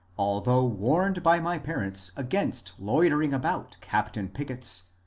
although warned by my parents against loitering about captain pickett's,